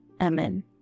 Amen